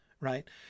Right